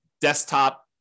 desktop